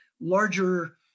larger